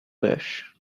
bush